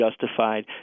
justified